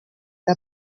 que